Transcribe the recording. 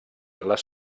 les